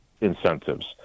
incentives